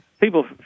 People